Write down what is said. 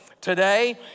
Today